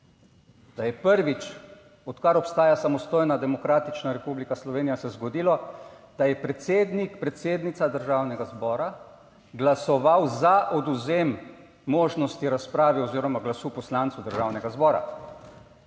da je prvič, odkar obstaja samostojna demokratična Republika Slovenija se zgodilo, da je predsednik, predsednica Državnega zbora glasoval za odvzem možnosti razprave oziroma glasu poslancev Državnega zbora